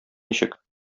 ничек